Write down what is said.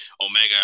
Omega